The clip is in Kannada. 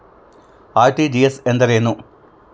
ಆರ್.ಟಿ.ಜಿ.ಎಸ್ ಎಂದರೇನು?